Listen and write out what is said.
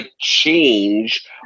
change